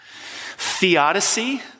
Theodicy